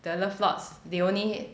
the love lots they only